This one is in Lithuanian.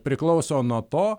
priklauso nuo to